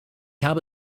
habe